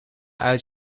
uit